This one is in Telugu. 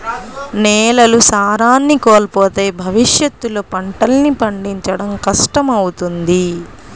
నేలలు సారాన్ని కోల్పోతే భవిష్యత్తులో పంటల్ని పండించడం కష్టమవుతుంది